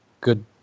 good